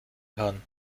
kann